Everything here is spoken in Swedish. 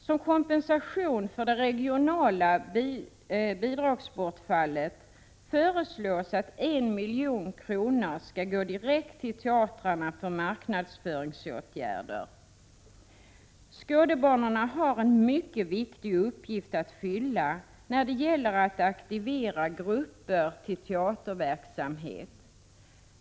Som kompensation för det regionala bidragsbortfallet föreslås att 1 milj.kr. skall gå direkt till teatrarna för marknadsföringsåtgärder. Skådebanorna har en mycket viktig uppgift att fylla när det gäller att aktivera grupper till teaterverksamhet.